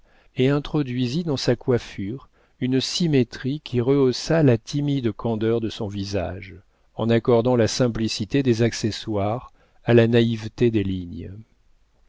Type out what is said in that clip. et introduisit dans sa coiffure une symétrie qui rehaussa la timide candeur de son visage en accordant la simplicité des accessoires à la naïveté des lignes